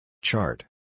Chart